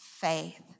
faith